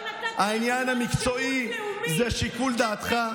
העניין המקצועי זה שיקול דעתך.